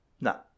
No